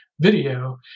Video